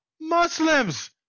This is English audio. Muslims